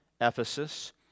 Ephesus